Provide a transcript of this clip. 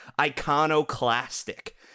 iconoclastic